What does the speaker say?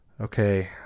Okay